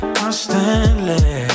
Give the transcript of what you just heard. constantly